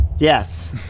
Yes